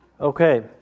Okay